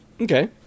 okay